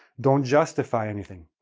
don't justify anything.